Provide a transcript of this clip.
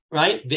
right